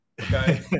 Okay